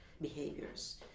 behaviors